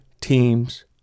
teams